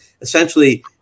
essentially –